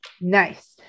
Nice